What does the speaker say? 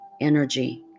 energy